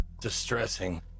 Distressing